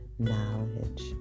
Knowledge